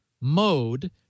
mode